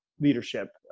leadership